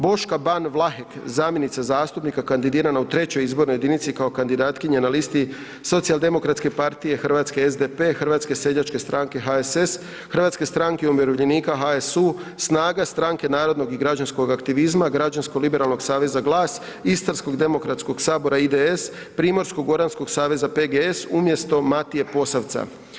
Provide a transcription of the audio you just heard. Boška Ban Vlahek, zamjenica zastupnika kandidirana u III. izbornoj jedinici kao kandidatkinja na listi Socijaldemokratske partije Hrvatske, SDP, Hrvatske seljačke stranke, HSS, Hrvatske stranke umirovljenika, HSU, SNAGA, Stranke narodnog i građanskog aktivizma, Građansko-liberalnog aktivizma, GLAS, Istarsko demokratskog sabora, IDS, Primorsko-goranskog saveza, PGS umjesto Matije Posavca.